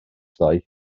ddoe